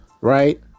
right